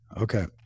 Okay